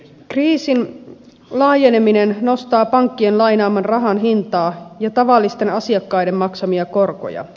kriisin laajeneminen nostaa pankkien lainaaman rahan hintaa ja tavallisten asiakkaiden maksamia korkoja